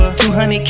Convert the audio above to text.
200K